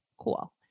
cool